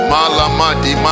Malamadi